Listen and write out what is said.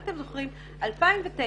אם אתם זוכרים, 2009,